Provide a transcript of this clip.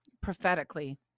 Prophetically